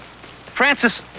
Francis